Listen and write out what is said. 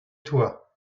toi